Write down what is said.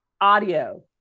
audio